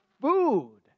food